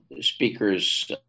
speakers